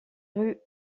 rue